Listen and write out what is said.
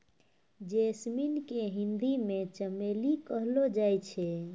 jasmine के हिंदी मे चमेली कहलो जाय छै